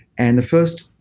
and the first